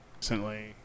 recently